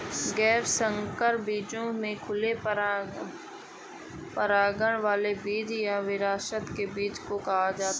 गैर संकर बीजों को खुले परागण वाले बीज या विरासत के बीज भी कहा जाता है